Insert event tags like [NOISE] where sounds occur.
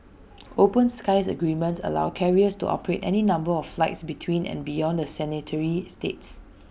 [NOISE] open skies agreements allow carriers to operate any number of flights between and beyond the signatory states [NOISE]